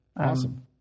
Awesome